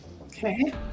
Okay